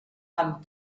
amb